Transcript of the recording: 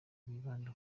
wibanda